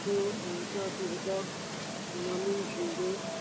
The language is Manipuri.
ꯑꯗꯨ ꯑꯣꯏꯕꯇꯥꯔꯗꯤ ꯍꯤꯗꯥꯛ ꯃꯃꯤꯡꯁꯤꯡꯗꯨ